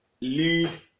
lead